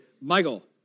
Michael